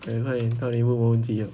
okay 快点到你问我问题了